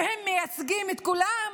שהם מייצגים את כולם,